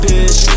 Bitch